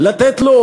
לתת לו